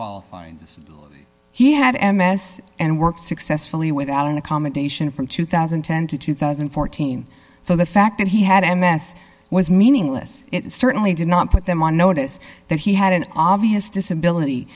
this he had m s and worked successfully without an accommodation from two thousand and ten to two thousand and fourteen so the fact that he had m s was meaningless it certainly did not put them on notice that he had an obvious disability